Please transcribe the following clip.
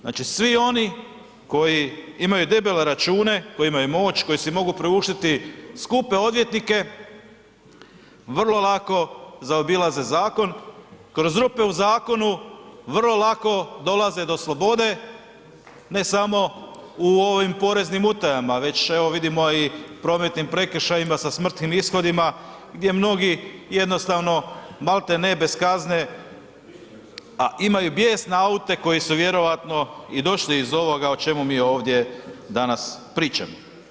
Znači, svi oni koji imaju debele račune, koji imaju moć, koji si mogu priuštiti skupe odvjetnike, vrlo lako zaobilaze zakon, kroz rupe u zakonu vrlo lako dolaze do slobode, ne samo u ovim poreznim utajama, već evo vidimo i prometnim prekršajima sa smrtnim ishodima gdje mnogi jednostavno malte ne bez kazne, a imaju bijesne aute koji su vjerojatno i došli iz ovoga o čemu mi ovdje danas pričamo.